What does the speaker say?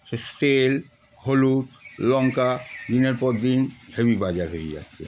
সে তেল হলুদ লংকা দিনের পর দিন হেবি বাজার হয়ে যাচ্ছে